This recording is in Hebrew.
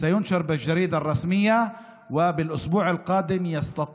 הוא יפורסם ברשומות, וכבר בשבוע הבא יוכל